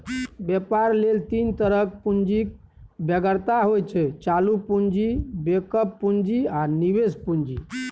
बेपार लेल तीन तरहक पुंजीक बेगरता होइ छै चालु पुंजी, बैकअप पुंजी आ निबेश पुंजी